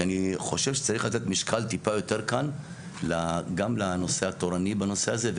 כי אני חושב שצריך לתת משקל טיפה יותר כאן גם לנושא התורני בנושא הזה.